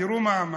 תראו מה הוא אמר.